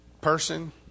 person